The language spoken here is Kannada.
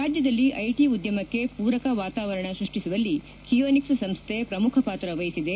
ರಾಜ್ಯದಲ್ಲಿ ಐಟಿ ಉದ್ಯಮಕ್ಕೆ ಪೂರಕ ವಾತಾವರಣ ಸೃಷ್ಟಿಸುವಲ್ಲಿ ಕಿಯೋನಿಕ್ಸ್ ಸಂಸ್ದೆ ಪ್ರಮುಖ ಪಾತ್ರ ವಹಿಸಿದೆ